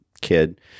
kid